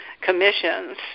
commissions